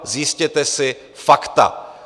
Zjistěte si fakta.